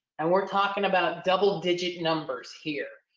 and we're talking about double-digit numbers here.